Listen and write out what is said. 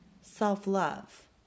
Self-love